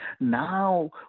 Now